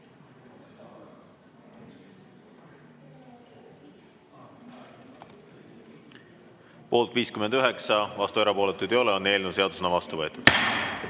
poolt 59, vastu ja erapooletuid ei ole, on eelnõu seadusena vastu võetud.